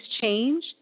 change